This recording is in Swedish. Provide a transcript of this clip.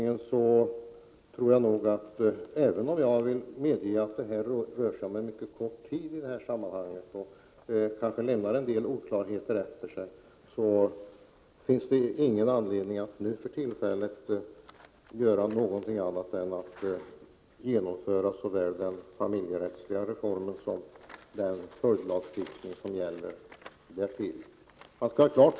Även om jag medger att det rör sig om en i detta sammanhang mycket kort tid och att det kanske uppstår en del oklarheter, tror jag inte att det finns anledning att för tillfället göra någonting annat än att genomföra såväl den familjerättsliga reformen som den därtill hörande följdlagstiftningen.